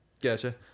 Gotcha